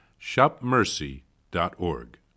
shopmercy.org